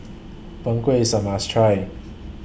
Png Kueh IS A must Try